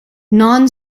non